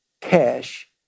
cash